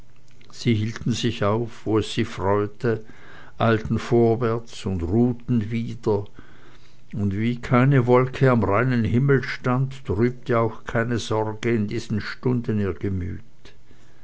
sie hielten sich auf wo es sie freute eilten vorwärts und ruhten wieder und wie keine wolke am reinen himmel stand trübte auch keine sorge in diesen stunden ihr gemüt